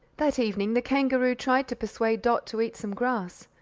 that evening the kangaroo tried to persuade dot to eat some grass,